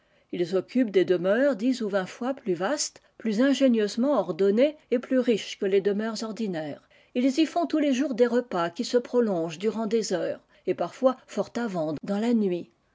us occupent des demeures dix ou vingt fois plus vastes plus ingénieusement ordonnées et plus riches que les demeures ordinaires us y font tous les jours des repas qui se prolongent durant des heures et parfois fort avant dans la nuit